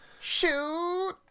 Shoot